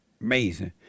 Amazing